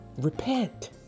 Repent